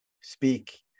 speak